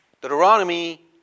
Deuteronomy